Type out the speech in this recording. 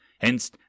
Hence